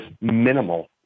minimal